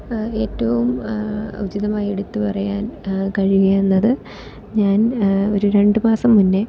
ഏറ്റവും ഉചിതമായെടുത്ത് പറയാൻ കഴിയുക എന്നത് ഞാൻ ഒരു രണ്ട് മാസം മുന്നേ